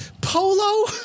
polo